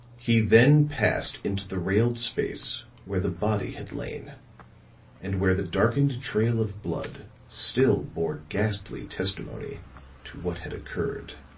he then passed into the railed space where the body had lain and where the darkened trail of blood still bore ghastly testimony to what had occurred.